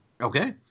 Okay